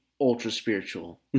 ultra-spiritual